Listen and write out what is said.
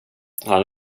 han